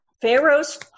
Pharaoh's